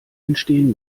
entstehen